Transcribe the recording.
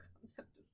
concept